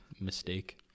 mistake